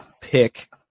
pick